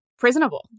prisonable